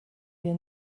wir